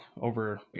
over